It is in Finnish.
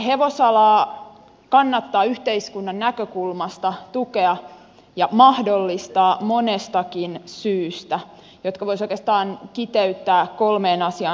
hevosalaa kannattaa yhteiskunnan näkökulmasta tukea ja mahdollistaa monestakin syystä jotka voisi oikeastaan kiteyttää kolmeen asiaan